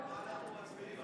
על מה אנחנו מצביעים?